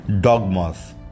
dogmas